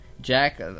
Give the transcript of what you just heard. Jack